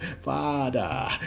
Father